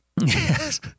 Yes